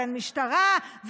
ואין משטרה,